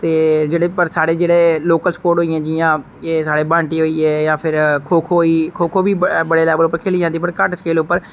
ते जेहडे़ साढ़े जेहडे़ लोकल स्पोर्ट होई गे जियां एह् साढ़े ब्हांटे होई गे जां फिर खो खो होई गेई खो खो बडे़ लेबल उप्पर खेली जंदी ऐ बडे़ घट्ट स्केल उप्पर